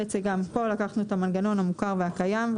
בעצם גם פה לקחנו את המנגנון המוכר והקיים,